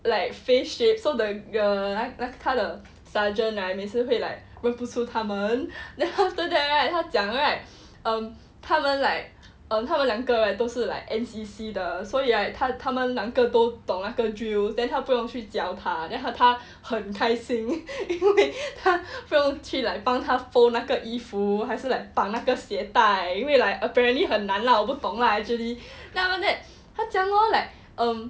like face shape so the 那个 sergeant right 每次会 like 认不出他们 then after right 他讲 right um 他们 like um 他们两个人都是 like N_C_C 的所以 right 他他们两个都懂那个 drills then 他不用去教他 then 他他很开心因为他不用去 like 帮他 fold 那个衣服还是 like 邦那个鞋带因为 like apparently 很难啦我不懂 actually then after that 他讲 hor um